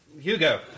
Hugo